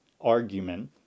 argument